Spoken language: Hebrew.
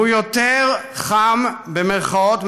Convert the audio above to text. והוא יותר "חם" במירכאות,